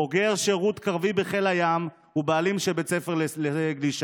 בוגר שירות קרבי בחיל הים ובעלים של בית ספר לגלישה.